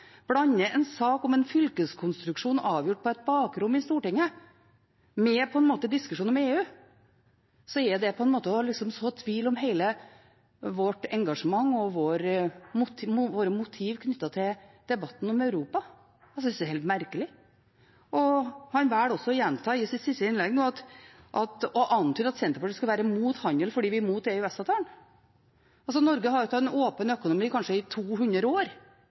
en sak om en fylkeskonstruksjon avgjort på et bakrom i Stortinget med en diskusjon om EU – er det på en måte å så tvil om hele vårt engasjement og våre motiv knyttet til debatten om Europa. Jeg synes det er helt merkelig. Han velger også å gjenta i sitt siste innlegg nå og antyder at Senterpartiet skal være imot handel fordi vi er imot EØS-avtalen. Norge har hatt en åpen økonomi i kanskje 200 år.